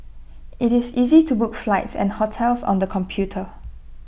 IT is easy to book flights and hotels on the computer